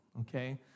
okay